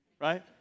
right